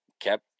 kept